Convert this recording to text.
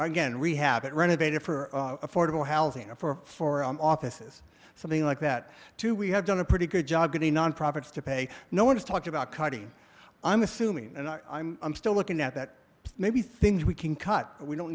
again we have it renovated for affordable housing and for for our offices something like that too we have done a pretty good job getting nonprofits to pay no one to talk about cutting i'm assuming and i'm i'm still looking at that maybe things we can cut we don't